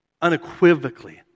unequivocally